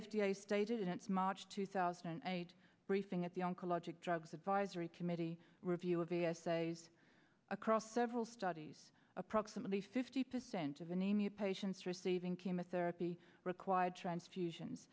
a stated in its march two thousand and eight briefing at the ankle logic drugs advisory committee review of the essays across several studies approximately fifty percent of anemia patients receiving chemotherapy required transfusions